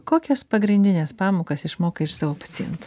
kokias pagrindines pamokas išmokai iš savo pacientų